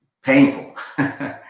painful